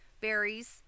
berries